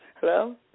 Hello